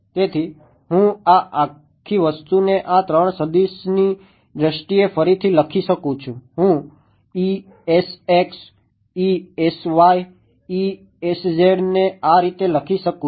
તેથી હું આ આખી વસ્તુને આ 3 સદિશની દ્રષ્ટિએ ફરીથી લખી શકું છું હું ને આ રીતે લખી શકું છું